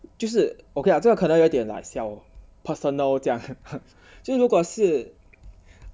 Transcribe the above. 就是 okay lah 这可能有点 like 小 personal 这样就是如果是